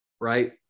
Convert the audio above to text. right